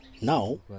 Now